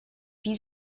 wie